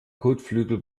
kotflügel